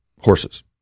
horses